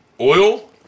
oil